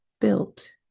built